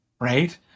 right